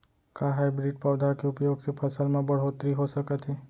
का हाइब्रिड पौधा के उपयोग से फसल म बढ़होत्तरी हो सकत हे?